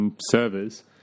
servers